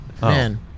Man